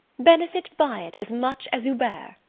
benefit by it as much as hubert!